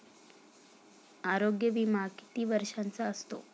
आरोग्य विमा किती वर्षांचा असतो?